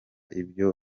ibyo